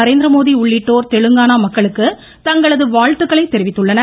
நரேந்திரமோடி உள்ளிட்டோர் தெலுங்கானா மக்களுக்கு தங்களது வாழ்த்துக்களை தெரிவித்துள்ளனர்